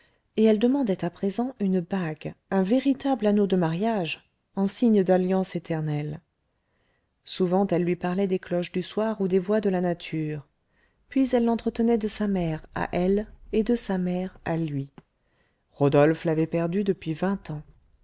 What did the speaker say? et elle demandait à présent une bague un véritable anneau de mariage en signe d'alliance éternelle souvent elle lui parlait des cloches du soir ou des voix de la nature puis elle l'entretenait de sa mère à elle et de sa mère à lui rodolphe l'avait perdue depuis vingt ans